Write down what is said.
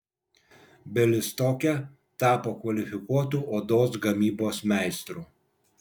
bialystoke tapo kvalifikuotu odos gamybos meistru